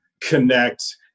connect